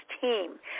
team